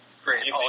great